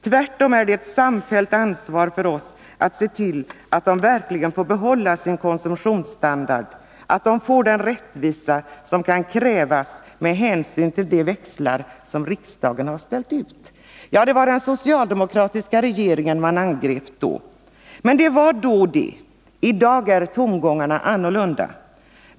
Tvärtom är det ett samfällt ansvar för oss att se till att de verkligen får bibehålla sin konsumtionsstandard, att de får den rättvisa som de kan kräva med hänsyn till de växlar som riksdagen har ställt ut.” Ja, det var den socialdemokratiska regeringen man angrep vid det tillfället. Men det var då det. I dag är tongångarna annorlunda.